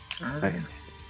nice